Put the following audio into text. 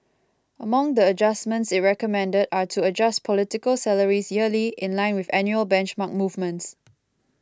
among the adjustments it recommended are to adjust political salaries yearly in line with annual benchmark movements